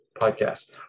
podcast